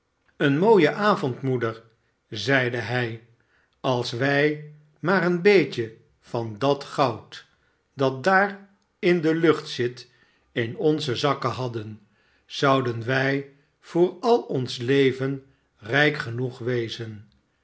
seen mooie avond moeder zeide hij als wij maar een beetje van dat goud dat daar in de lucht zit in onze zakken hadden r zouden wij voor al ons leven rijk genoeg wezen